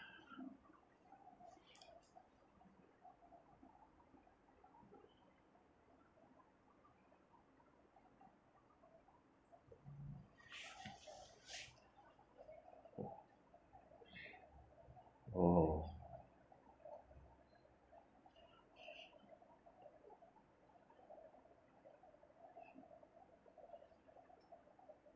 oh